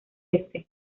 este